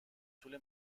طول